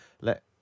let